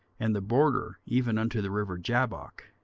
and the border even unto the river jabbok,